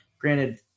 Granted